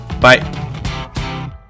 Bye